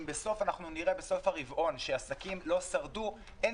אם בסוף הרבעון נראה שעסקים לא שרדו אין